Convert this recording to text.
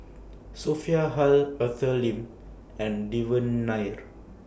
Sophia Hull Arthur Lim and Devan Nair